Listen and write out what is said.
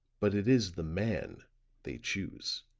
but it is the man they choose